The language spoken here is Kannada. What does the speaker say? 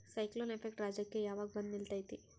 ಸೈಕ್ಲೋನ್ ಎಫೆಕ್ಟ್ ರಾಜ್ಯಕ್ಕೆ ಯಾವಾಗ ಬಂದ ನಿಲ್ಲತೈತಿ?